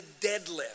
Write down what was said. deadlift